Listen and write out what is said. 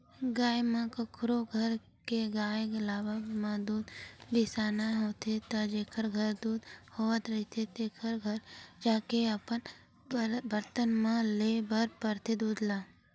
गाँव म कखरो घर के गाय लागब म दूद बिसाना होथे त जेखर घर दूद होवत रहिथे तेखर घर जाके अपन बरतन म लेय बर परथे दूद ल